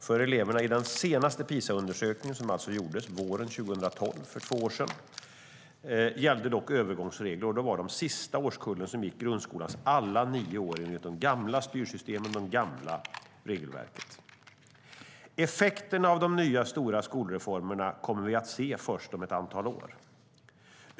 För eleverna i den senaste PISA-undersökningen - som alltså gjordes våren 2012, för två år sedan - gällde dock övergångsregler, och det var den sista årskullen som gick grundskolans alla nio år enligt de gamla styrsystemen och det gamla regelverket. Effekterna av de nya, stora skolreformerna kommer vi att se först om ett antal år.